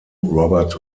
robert